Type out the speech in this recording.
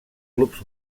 clubs